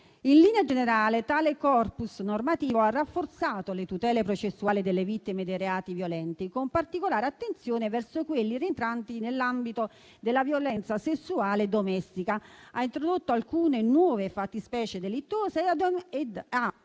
In linea generale, tale *corpus* normativo ha rafforzato le tutele processuali delle vittime dei reati violenti, con particolare attenzione verso quelli rientranti nell'ambito della violenza sessuale domestica, ha introdotto alcune nuove fattispecie delittuose e ha